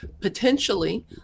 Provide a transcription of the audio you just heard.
Potentially